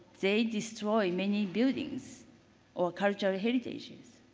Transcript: they destroy many buildings or cultural heritages.